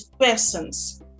persons